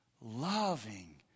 loving